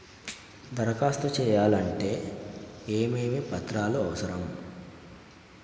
దరఖాస్తు చేయాలంటే ఏమేమి పత్రాలు అవసరం?